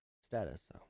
status